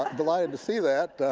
but delighted to see that.